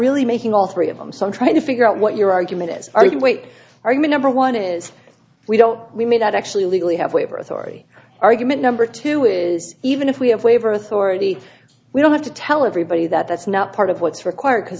really making all three of them some trying to figure out what your argument is are you wait are human number one is we don't we may not actually legally have waiver authority argument number two is even if we have waiver authority we don't have to tell everybody that that's not part of what's required because